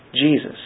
Jesus